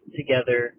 together